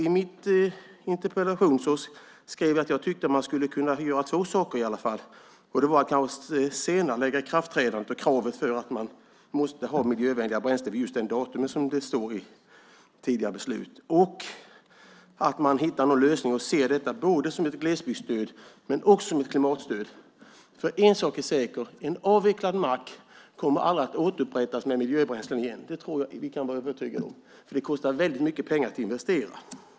I min interpellation skrev jag att jag tyckte man skulle kunna göra åtminstone två saker, senarelägga ikraftträdandet och kravet på miljövänliga bränslen från just det datum som anges i tidigare beslut samt hitta en lösning genom att se detta både som ett glesbygdsstöd och ett klimatstöd. En sak är nämligen säker och det är att en avvecklad mack kommer aldrig att återupprättas med miljöbränslen. Det kan vi vara övertygade om, för det kostar mycket pengar att investera.